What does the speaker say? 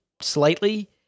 slightly